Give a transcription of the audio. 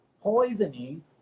poisoning